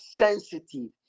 sensitive